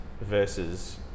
versus